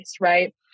Right